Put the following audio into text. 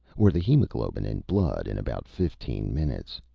or the hemoglobin in blood in about fifteen minutes.